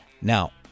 Now